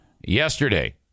yesterday